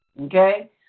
Okay